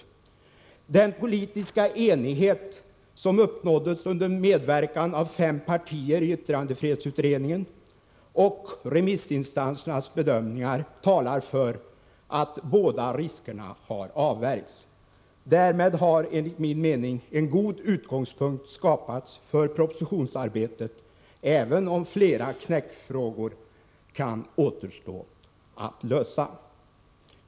Den politiska enighet som uppnåddes under medverkan av 31 fem partier i yttrandefrihetsutredningen och remissinstansernas bedömningar talar för att båda riskerna har avvärjts. Därmed har enligt min mening en god utgångspunkt skapats för propositionsarbetet, även om flera knäckfrågor kan återstå att lösa.